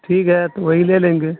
ٹھیک ہے تو وہی لے لیں گے